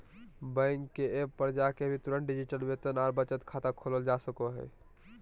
bank के app पर जाके भी तुरंत डिजिटल वेतन आर बचत खाता खोलल जा सको हय